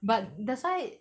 but that's why